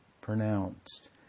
pronounced